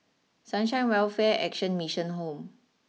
Sunshine Welfare Action Mission Home